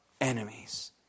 enemies